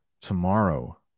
tomorrow